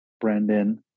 Brandon